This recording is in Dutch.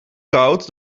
koud